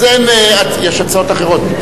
יש הצעות אחרות.